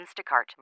Instacart